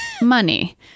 Money